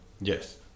Yes